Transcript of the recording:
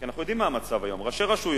כי אנחנו יודעים מה המצב היום: ראשי רשויות,